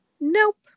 nope